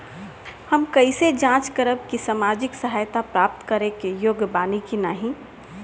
हम कइसे जांच करब कि सामाजिक सहायता प्राप्त करे के योग्य बानी की नाहीं?